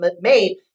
made